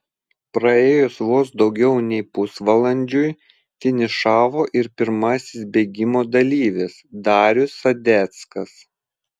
praėjus vos daugiau nei pusvalandžiui finišavo ir pirmasis bėgimo dalyvis darius sadeckas